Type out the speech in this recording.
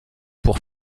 pour